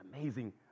Amazing